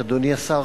אדוני השר,